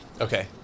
Okay